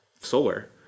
solar